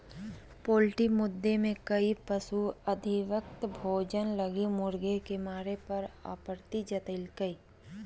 poultry मुद्दे में कई पशु अधिवक्ता भोजन लगी मुर्गी के मारे पर आपत्ति जतैल्कय